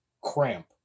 Cramp